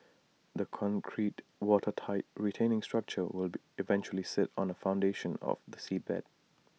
the concrete watertight retaining structure will be eventually sit on the foundation on the seabed